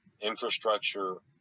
infrastructure